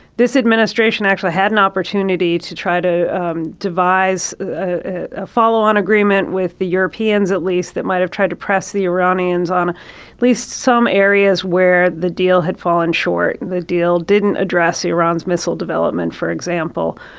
this administration actually had an opportunity to try to um devise a ah follow on agreement with the europeans, at least that might have tried to press the iranians on at least some areas where the deal had fallen short. and the deal didn't address iran's missile development, for example.